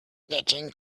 getting